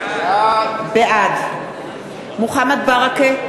בעד מוחמד ברכה,